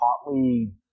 hotly